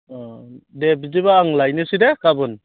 अ दे बिदिब्ला आं लायनोसै दे गाबोन